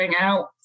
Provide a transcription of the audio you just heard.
out